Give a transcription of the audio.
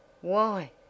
Why